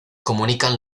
comunican